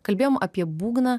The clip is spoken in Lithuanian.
kalbėjom apie būgną